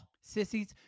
Sissies